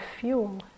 fuel